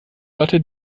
lotte